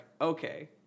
okay